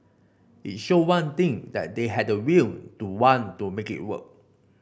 it showed one thing that they had the will to want to make it work